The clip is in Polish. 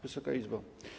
Wysoka Izbo!